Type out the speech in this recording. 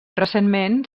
recentment